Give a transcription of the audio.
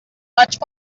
much